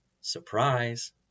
Surprise